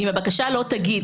ואם הבקשה תגיד,